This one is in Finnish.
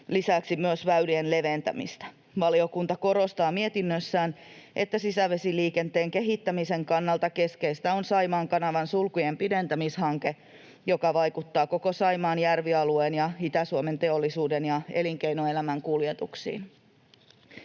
lisäksi myös väylien leventämistä. Valiokunta korostaa mietinnössään, että sisävesiliikenteen kehittämisen kannalta keskeistä on Saimaan kanavan sulkujen pidentämishanke, joka vaikuttaa koko Saimaan järvialueen ja Itä-Suomen teollisuuden ja elinkeinoelämän kuljetuksiin.